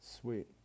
Sweet